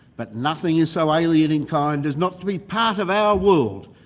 but nothing is so alien in kind as not to be part of our world,